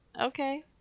okay